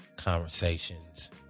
conversations